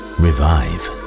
revive